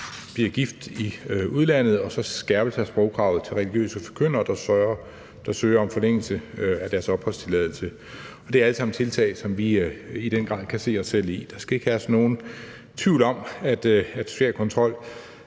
bliver gift i udlandet, samt en skærpelse af sprogkravet til religiøse forkyndere, der søger om forlængelse af deres opholdstilladelse. Og det er alt sammen tiltag, som vi i den grad kan se os selv i. Der skal ikke herske nogen tvivl om, at social kontrol